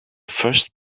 first